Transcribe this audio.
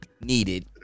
needed